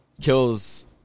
kills